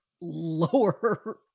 lower